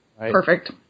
Perfect